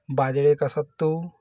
बाजरे का सत्तू